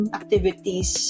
activities